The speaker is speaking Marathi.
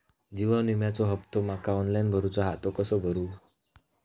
जीवन विम्याचो हफ्तो माका ऑनलाइन भरूचो हा तो कसो भरू?